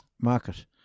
market